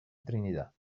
trinidad